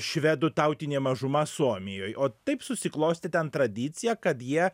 švedų tautinė mažuma suomijoj o taip susiklostė ten tradicija kad jie